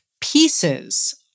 pieces